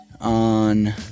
On